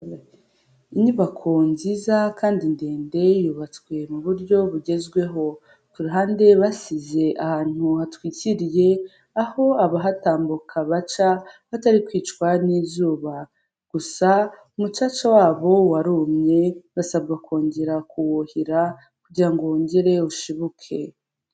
Inyubako nziza kandi ndende yubatswe mu buryo bugezweho, ku ruhande basize ahantu hatwikiriye aho abahatambuka baca batari kwicwa n'izuba, gusa umucaca wabo warumye basabwa kongera kuwuhira kugira ngo wongere ushibuke.